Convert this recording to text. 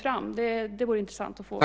Detta vore det intressant att få veta.